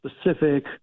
specific